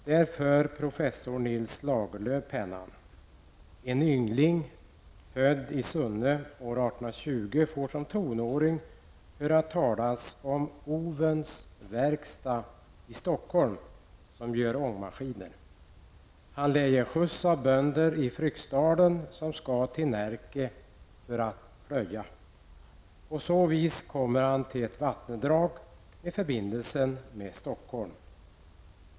Där för professor Nils Lagerlöf pennan: En Yngling född i Sunne år 1820 får som tonåring höra talas om Han lejer skjuts av bönder i Fryksdalen som skall till Närke för att plöja. På så vis kommer han till ett vattendrag med förbindelse med Stockholm.